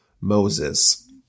Moses